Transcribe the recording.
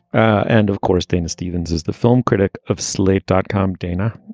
and of course, dana stevens is the film critic of slate dot com dana,